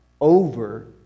over